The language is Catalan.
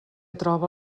troba